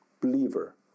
believer